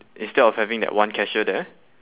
instead of having that one cashier there